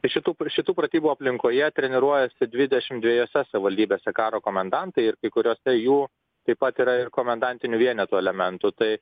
ir šitų prie šitų pratybų aplinkoje treniruojasi dvidešimt dvejose savivaldybėse karo komendantai ir kai kuriose jų taip pat yra ir komendantinio vieneto elementų tai